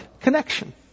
connection